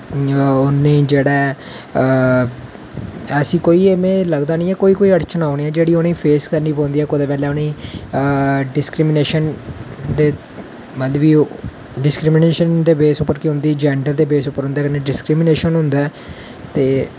उनोेंगी जेह्ड़ा ऐ ऐसी कोई नी में कदैं कदैं लगदा ऐ कोई फेस करनी पौंदी ऐ कुदै बेल्लै उनेंगी डिसक्रिनेशन दे मतलव कि ओह् डिस्क्रिमिनेशन दे बेस उप्पर जैंडर दे बेस उप्पर उंदे कन्नै डिस्करिमिनेशन होंदी ऐ ते